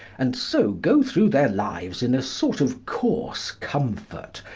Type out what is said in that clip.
and so go through their lives in a sort of coarse comfort,